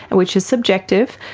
and which is subjective.